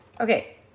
Okay